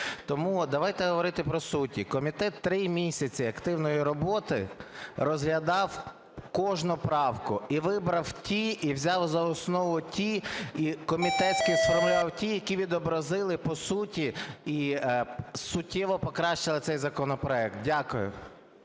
Тому давайте говорити про суть їх. Комітет 3 місяці активної роботи розглядав кожну правку і вибрав ті, і взяв за основу ті, і комітетські сформулював ті, які відобразили по суті і суттєво покращили цей законопроект. Дякую.